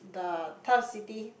the Turf City